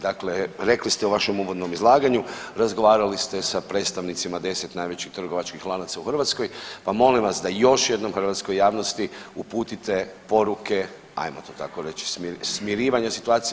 Dakle, rekli ste u vašem uvodnom izlaganju, razgovarali ste sa predstavnicima 10 najvećih trgovačkih lanaca u Hrvatskoj, pa molim vas da još jednom hrvatskoj javnosti uputite poruke, ajmo to tako reći smirivanja situacije.